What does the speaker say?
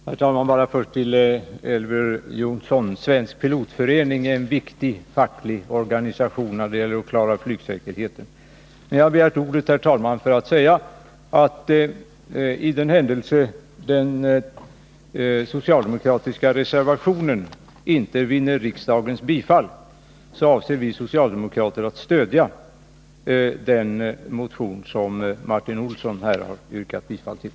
Herr talman! Först kort till Elver Jonsson: Svensk pilotförening är en viktig facklig organisation när det gäller att klara flygsäkerheten. Men jag har begärt ordet, herr talman, för att säga att för den händelse att den socialdemokratiska reservationen nr 4 inte vinner riksdagens bifall avser vi socialdemokrater att stödja den motion som Martin Olsson har yrkat bifall till.